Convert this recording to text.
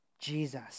Jesus